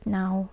now